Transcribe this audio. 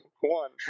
one